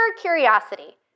curiosity